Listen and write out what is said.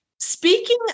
Speaking